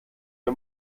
wir